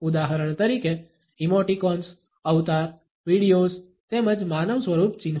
ઉદાહરણ તરીકે ઇમોટિકોન્સ અવતાર વીડિયોઝ તેમજ માનવસ્વરૂપ ચિહ્નો